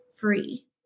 free